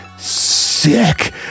sick